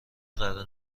قرار